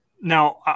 now